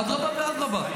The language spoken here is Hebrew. אדרבא ואדרבא.